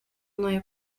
nuevo